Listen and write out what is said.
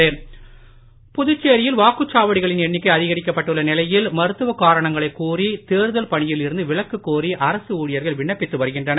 தேர்தல் பணி விலக்கு புதுச்சேரியில் வாக்குச்சாவடிகளின் எண்ணிக்கை அதிகரிக்கப்பட்டுள்ள நிலையில் மருத்துவ காரணங்களை கூறிதேர்தல் பணியில் இருந்து விலக்கு கோரி அரசு ஊழியர்கள் விண்ணப்பித்து வருகின்றனர்